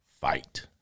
fight